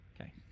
Okay